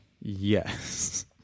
yes